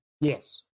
Yes